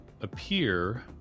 appear